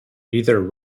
either